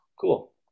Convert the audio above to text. cool